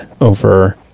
over